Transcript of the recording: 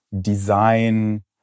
design